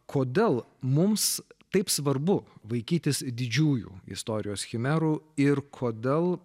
kodėl mums taip svarbu vaikytis didžiųjų istorijos chimerų ir kodėl